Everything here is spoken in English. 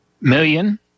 million